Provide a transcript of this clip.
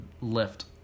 lift